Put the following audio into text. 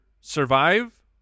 survive